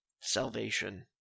Salvation